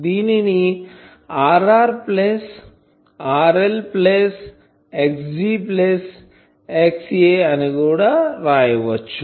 దీనిని Rr plus RLప్లస్ Xg plus XA అని వ్రాయవచ్చు